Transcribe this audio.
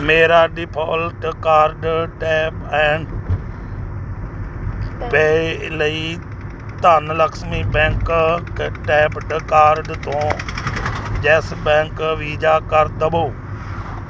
ਮੇਰਾ default card tap and pay ਲਈ Dhanlaxmi Bank debit card ਤੋਂ ਯੈੱਸ ਬੈਂਕ ਵੀਜਾ ਕਰ ਦੇਵੋ